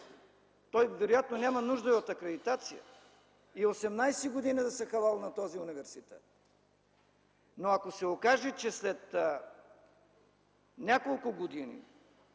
той вероятно няма нужда и от акредитация. И 18 години да са халал на този университет. Но ако се окаже, че след няколко години